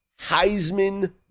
Heisman